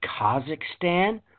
Kazakhstan